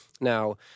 now